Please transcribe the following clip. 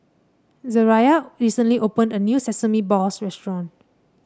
Zariah recently opened a new Sesame Balls restaurant